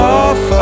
off